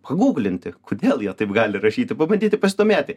gūglinti kodėl jie taip gali rašyti pabandyti pasidomėti